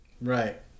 right